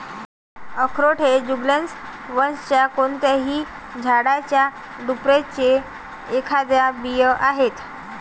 अक्रोड हे जुगलन्स वंशाच्या कोणत्याही झाडाच्या ड्रुपचे खाद्य बिया आहेत